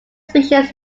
species